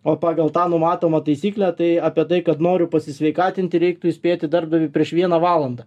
o pagal tą numatomą taisyklę tai apie tai kad noriu pasisveikatinti reiktų įspėti darbdavį prieš vieną valandą